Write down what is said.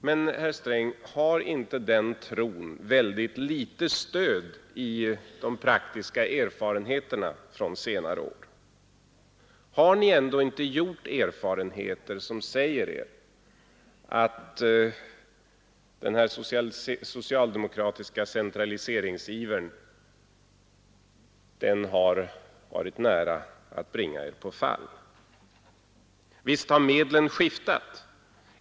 Men, herr Sträng, har inte den tron väldigt litet stöd i de praktiska erfarenheterna från senare år? Har ni ändå inte gjort erfarenheter som säger er att den här socialdemokratiska centraliseringsivern har varit nära att bringa er på fall? Visst har medlen skiftat.